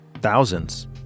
Thousands